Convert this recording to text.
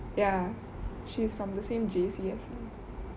ya she is from the same J_C as me